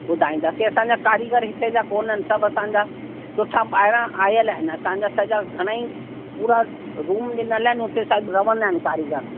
असांजा कारीगर हिते जा कोन्हनि सभु असांजा सुठा ॿाहिरां आयल आहिनि असांजा सॼा घणेई पूरा रूम ॾिनल आहिनि हुते सभु रहंदा आहिनि कारीगर